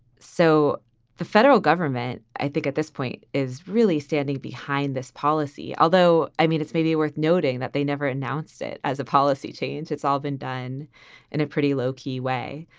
so the federal government, i think at this point is really standing behind this policy. although, i mean, it's maybe worth noting that they never announced it as a policy change. it's all been done in a pretty low key way.